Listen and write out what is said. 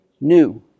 new